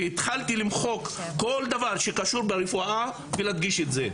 התחלתי למחוק כל דבר שקשור ברפואה ולהדגיש את זה.